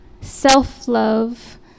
self-love